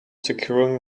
securing